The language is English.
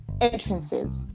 entrances